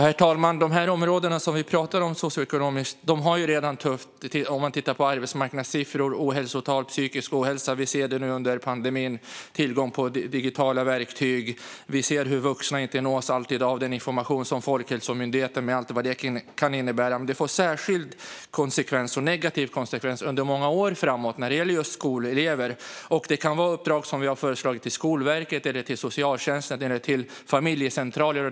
Herr talman! Dessa socioekonomiskt utsatta områden, som vi pratar om, har det redan tufft. Man kan titta på arbetsmarknadssiffror, ohälsotal och psykisk ohälsa. Vi ser hur det är nu under pandemin. Det handlar om tillgång till digitala verktyg. Vi ser att vuxna inte alltid nås av informationen från Folkhälsomyndigheten, med allt vad det kan innebära. Och det får negativa konsekvenser under många år framåt när det gäller just skolelever. Vi har föreslagit att det ska ges uppdrag till Skolverket, socialtjänsten eller familjecentraler.